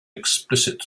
explicit